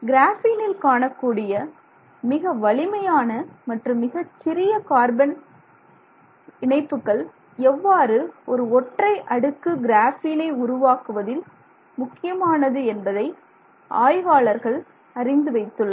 கிராஃபீனில் காணக்கூடிய மிக வலிமையான மற்றும் மிகச்சிறிய கார்பன் இணைப்புகள் எவ்வாறு ஒரு ஒற்றை அடுக்கு கிராஃபீனை உருவாக்குவதில் முக்கியமானது என்பதை ஆய்வாளர்கள் அறிந்து வைத்துள்ளனர்